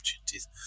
opportunities